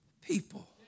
people